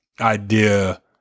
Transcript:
idea